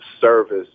service